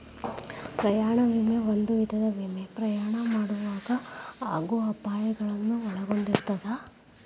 ಪ್ರಯಾಣ ವಿಮೆ ಒಂದ ವಿಧದ ವಿಮೆ ಪ್ರಯಾಣ ಮಾಡೊವಾಗ ಆಗೋ ಅಪಾಯಗಳನ್ನ ಒಳಗೊಂಡಿರ್ತದ